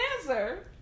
answer